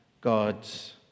God's